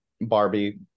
barbie